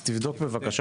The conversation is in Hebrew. אז תבדוק בבקשה,